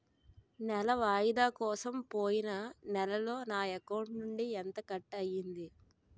నెల వాయిదా కోసం పోయిన నెలలో నా అకౌంట్ నుండి ఎంత కట్ అయ్యింది?